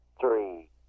three